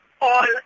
On